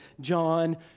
John